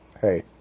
hey